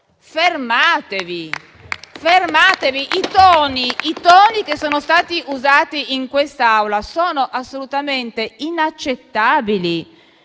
maggioranza, fermatevi. I toni che sono stati usati in quest'Aula sono assolutamente inaccettabili.